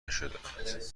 نشدهاند